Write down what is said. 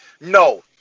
No